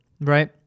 right